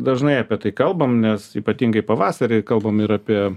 dažnai apie tai kalbam nes ypatingai pavasarį kalbam ir apie